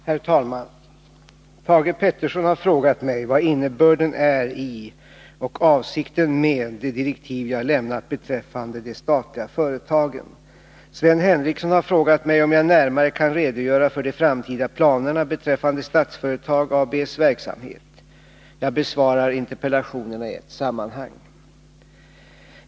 Herr talman! Thage Peterson har frågat mig vad som är innebörden i och avsikten med de direktiv jag lämnat beträffande de statliga företagen. Sven Henricsson har frågat mig om jag närmare kan redogöra för de framtida planerna beträffande Statsföretag AB:s verksamhet. Jag besvarar interpellationerna i ett sammanhang.